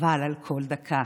חבל על כל דקה.